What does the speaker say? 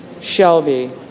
Shelby